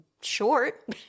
short